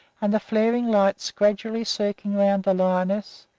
and the flaring lights gradually circling around the lioness,